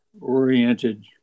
oriented